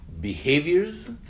behaviors